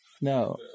No